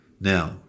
Now